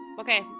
Okay